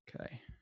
Okay